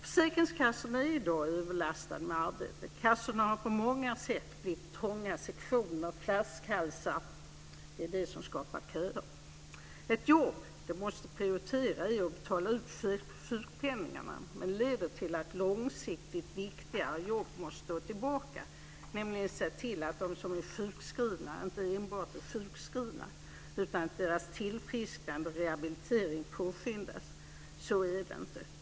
Försäkringskassorna är i dag överlastade med arbete. Kassorna har på många sätt blivit trånga sektioner - flaskhalsar. Det är det som skapar köer. Ett jobb som de måste prioritera är att betala ut sjukpenningarna. Det leder till att långsiktigt viktiga jobb, som att se till att de som är sjukskrivna inte enbart är sjukskrivna utan att deras tillfrisknande och rehabilitering påskyndas, måste stå tillbaka.